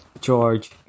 George